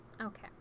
Okay